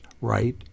right